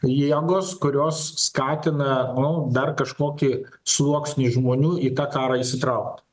jėgos kurios skatina nu dar kažkokį sluoksnį žmonių į tą karą įsitraukt